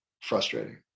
frustrating